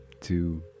two